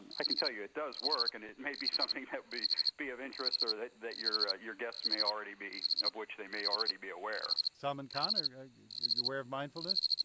i can tell you it does work. and it may be something that would be be of interest or that that your your guests may already be, of which they may already be aware. neal salman khan, are you aware of mindfulness?